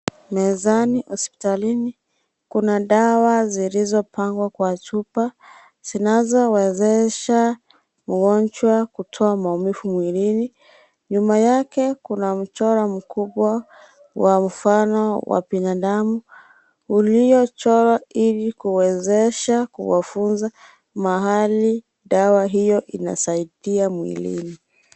Mezani hospitalini, kuna dawa zilizopangwa kwa chupa zinazowezesha mgonjwa kutoa maumivu mwilini nyuma yake kuna mchoro mkubwa wa mfano wa binadamu uliochorwa ili kuwezesha kuwafunza mahali dawa hiyo inasaidia mwilini.